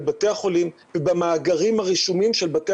בבתי החולים ובמאגרים הרשומים של בתי